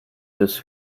des